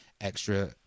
extra